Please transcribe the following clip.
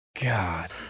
God